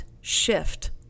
shift